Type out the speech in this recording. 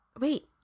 Wait